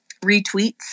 retweets